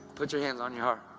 put your hands on your heart.